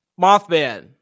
Mothman